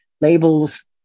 labels